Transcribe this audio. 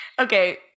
Okay